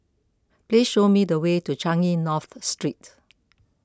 please show me the way to Changi North Street